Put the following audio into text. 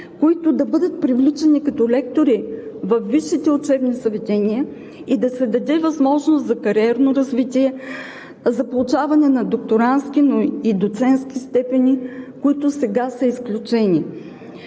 които да бъдат привличани като лектори във висшите учебни заведения и да се даде възможност за кариерно развитие, за получаване на докторантски, но и на доцентски степени, които сега са изключение.